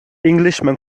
englishman